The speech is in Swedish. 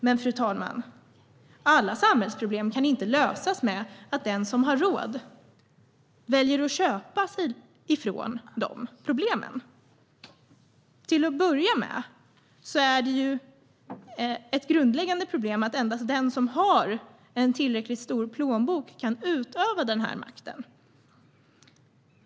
Men alla samhällsproblem kan, fru talman, inte lösas genom att den som har råd väljer att köpa sig ifrån dessa problem. Till att börja med är det ett grundläggande problem att endast den som har en tillräckligt stor plånbok kan utöva denna makt.